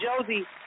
Josie